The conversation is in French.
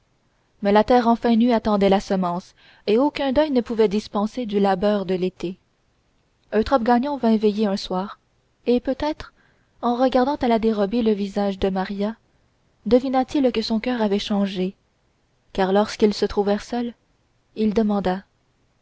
mais la terre enfin nue attendait la semence et aucun deuil ne pouvait dispenser du labeur de l'été eutrope gagnon vint veiller un soir et peut-être en regardant à la dérobée le visage de maria devina t il que son coeur avait changé car lorsqu'ils se trouvèrent seuls il demanda